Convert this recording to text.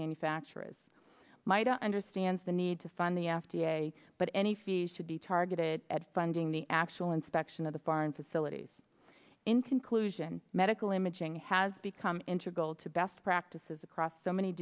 manufacturers might understands the need to fund the f d a but any fees should be targeted at funding the actual inspection of the foreign facilities in conclusion medical imaging has become integral to best practices across so many